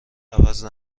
عوض